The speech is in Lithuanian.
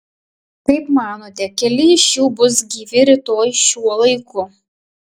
kaip manote keli iš jų bus gyvi rytoj šiuo laiku